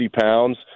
pounds